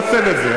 בואו ננצל את זה.